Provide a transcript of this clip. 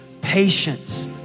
patience